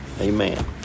Amen